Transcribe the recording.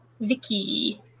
Vicky